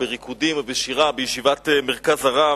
בריקודים ובשירה בישיבת "מרכז הרב".